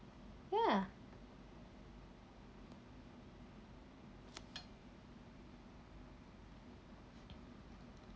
ya